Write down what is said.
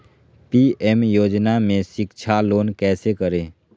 PM योजना में शिक्षा लोन कैसे करें?